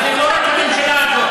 שמעת את ממשלת ישראל?